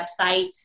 websites